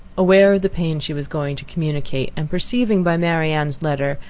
aware of the pain she was going to communicate, and perceiving, by marianne's letter,